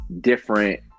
different